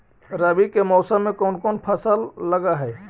रवि के मौसम में कोन कोन फसल लग है?